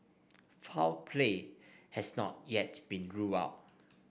foul play has not yet been ruled out